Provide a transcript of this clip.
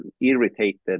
irritated